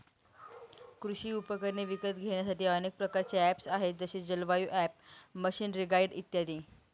कृषी उपकरणे विकत घेण्यासाठी अनेक प्रकारचे ऍप्स आहेत जसे जलवायु ॲप, मशीनरीगाईड इत्यादी